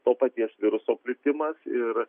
to paties viruso plitimas ir